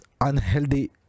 unhealthy